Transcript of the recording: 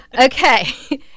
Okay